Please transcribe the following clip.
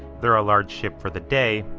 they are a large ship for the day,